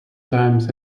times